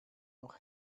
noch